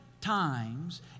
times